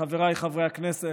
חבריי חברי הכנסת,